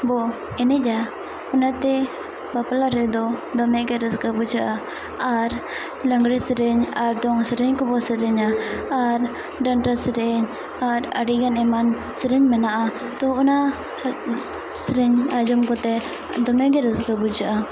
ᱵᱚ ᱮᱱᱮᱡᱟ ᱚᱱᱟᱛᱮ ᱵᱟᱯᱞᱟ ᱨᱮᱫᱚ ᱫᱚᱢᱮ ᱜᱮ ᱨᱟᱹᱥᱠᱟᱹ ᱵᱩᱡᱷᱟᱹᱜᱼᱟ ᱟᱨ ᱞᱟᱜᱽᱬᱮ ᱥᱮᱨᱮᱧ ᱟᱨ ᱫᱚᱝ ᱥᱮᱨᱮᱧ ᱠᱚᱵᱚᱱ ᱥᱮᱨᱮᱧᱟ ᱟᱨ ᱰᱟᱱᱴᱟ ᱥᱮᱨᱮᱧ ᱟᱨ ᱟᱹᱰᱤᱜᱟᱱ ᱮᱢᱟᱱ ᱥᱮᱨᱮᱧ ᱢᱮᱱᱟᱜᱼᱟ ᱛᱚ ᱚᱱᱟ ᱥᱮᱨᱮᱧ ᱟᱸᱡᱚᱢ ᱠᱟᱛᱮᱫ ᱫᱚᱢᱮ ᱜᱮ ᱨᱟᱹᱥᱠᱟᱹ ᱵᱩᱡᱷᱟᱹᱜᱼᱟ